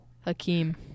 Hakeem